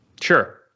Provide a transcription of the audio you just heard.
Sure